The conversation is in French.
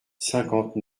cinquante